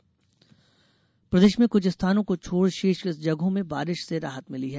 मौसम प्रदेश में कुछ स्थानों को छोड शेष जगहों में बारिश से राहत मिली है